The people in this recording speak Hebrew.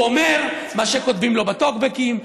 הוא אומר מה שכותבים לו בטוקבקים,